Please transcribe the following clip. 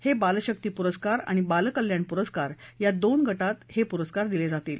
हे बाल शक्ती पुरस्कार आणि बाल कल्याण पुरस्कार या दोन गटात हे पुरस्कार दिले जातील